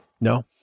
No